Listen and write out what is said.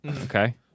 Okay